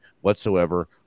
whatsoever